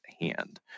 hand